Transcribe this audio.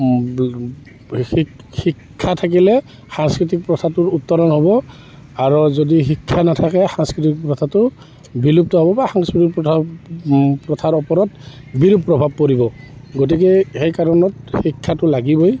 শি শিক্ষা থাকিলে সাংস্কৃতিক প্ৰথাটোৰ উত্তৰণ হ'ব আৰু যদি শিক্ষা নাথাকে সাংস্কৃতিক প্ৰথাটো বিলুপ্ত হ'ব বা সাংস্কৃতিক প্ৰথাৰ প্ৰথাৰ ওপৰত বিৰূপ প্ৰভাৱ পৰিব গতিকে সেই কাৰণত শিক্ষাটো লাগিবই